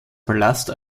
palast